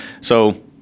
So-